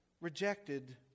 rejected